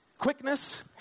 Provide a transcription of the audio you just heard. quickness